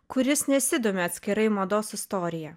kuris nesidomi atskirai mados istorija